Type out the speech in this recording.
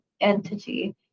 entity